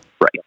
Right